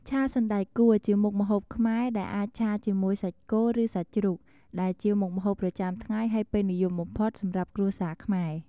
ឆាសណ្តែកគួរ ជាមុខម្ហូបខ្មែរ ដែលអាចឆាជាមួយសាច់គោឬសាច់ជ្រូក ដែលជាមុខម្ហូបប្រចាំថ្ងៃហើយពេញនិយមបំផុតសម្រាប់គ្រួសារខ្មែរ។